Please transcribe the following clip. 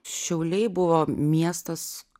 šiauliai buvo miestas